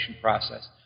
process